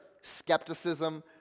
skepticism